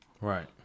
Right